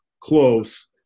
close